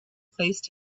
placed